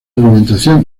alimentación